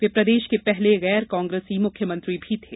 वे प्रदेश के पहले गैर कांग्रेसी मुख्यमंत्री भी थे